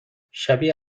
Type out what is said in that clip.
شبیه